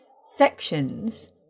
sections